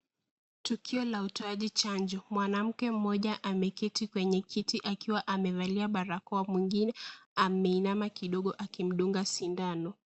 Tukio la utoaji chanjo, mwanamke mmoja ameketi kwenye kiti akiwa amevalia barakoa, mwingine ameinama kidogo akimdunga sindano.